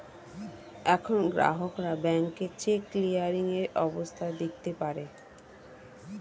এখন গ্রাহকরা ব্যাংকে চেক ক্লিয়ারিং এর অবস্থা দেখতে পারে